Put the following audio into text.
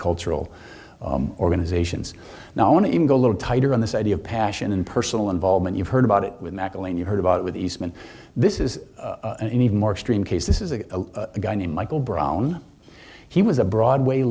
cultural organizations now i want to even go a little tighter on this idea of passion and personal involvement you've heard about it with you heard about it with eastman this is an even more extreme case this is a guy named michael brown he was a broadway